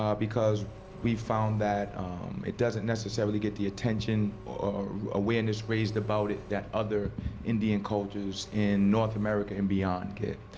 um because we found that it doesn't necessarily get the attention, or awareness raised about it, that other indian cultures in north america, and beyond, get.